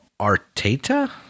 arteta